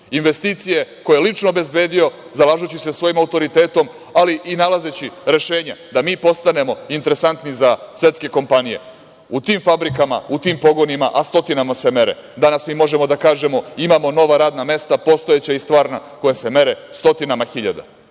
investicije koje je lično obezbedio zalažući se svojim autoritetom, ali i nalazeći rešenja da mi postanemo za svetske kompanije.U tim fabrikama, u tim pogonima, a stotinama se mere, danas mi možemo da kažemo, imamo nova radna mesta, postojeća i stvarna koja se mere stotinama hiljada. To